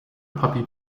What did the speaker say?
puppy